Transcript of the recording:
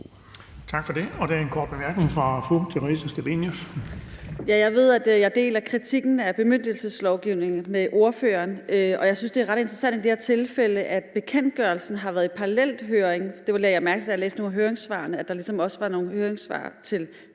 Tak for det. Der er en kort bemærkning fra fru Theresa Scavenius. Kl. 19:19 Theresa Scavenius (UFG): Jeg ved, at jeg deler kritikken af bemyndigelseslovgivning med ordføreren. Jeg synes, det er ret interessant i det her tilfælde, at bekendtgørelsen har været i en parallel høring. Det lagde jeg mærke til, da jeg læste nogle af høringssvarene, altså at der ligesom også var nogle høringssvar til bekendtgørelsen.